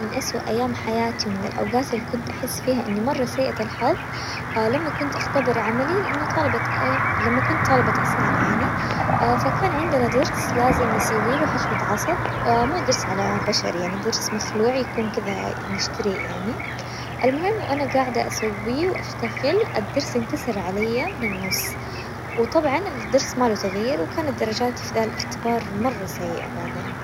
من أسوء أيام حياتي ومن الأوقات اللي كنت أحس فيها إني مرة سيئة الحظ لما كنت أختبر عملي، لأني طالبة لما كنت طالبة أسنان يعني، كان عندنا ضرس لازم نسويله حشوة عصب مو ضرس على بشر يعني ضرس مخلوع يكون كذا نشتريه يعني، المهم وأنا قاعدة أسويه وأشتغل الضرس انكسر عليا من النص، وطبعاً الضرس ما له تغيير وكانت درجاتي في ذا الاختبار مرة سيئة بعدين.